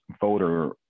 voter